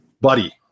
Buddy